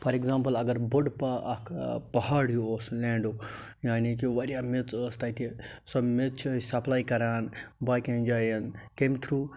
for example اگر بوٚڑ پا اَکھ پہاڑ ہیوٗ اوس لینٛڈُک یعنی کہِ واریاہ میٚژ ٲسۍ اَتہِ سۄ میٚژ چھِ سپلَے کَران باقِین جاین کَمہِ تھرٛوٗ